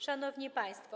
Szanowni Państwo!